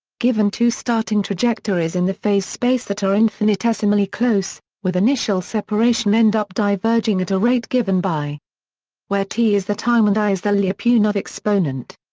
given two starting trajectories in the phase space that are infinitesimally close, with initial separation end up diverging at a rate given by where t is the time and l is the lyapunov exponent.